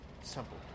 simple